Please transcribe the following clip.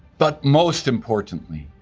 but most importantly,